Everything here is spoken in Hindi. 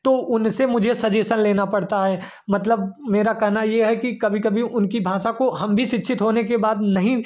तो उनसे मुझे सजेशन लेना पड़ता है मतलब मेरा कहना यह है कि कभी कभी उनकी भाषा को हम भी शिक्षित होने के बाद नहीं